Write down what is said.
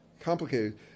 Complicated